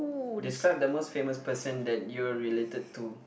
describe the most famous person that you are related to